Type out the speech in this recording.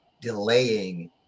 delaying